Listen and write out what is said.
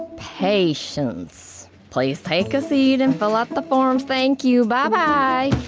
patience. please take a seat and fill out the forms. thank you. bye-bye